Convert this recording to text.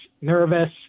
nervous